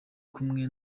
kumwe